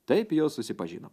taip jos susipažino